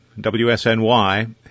WSNY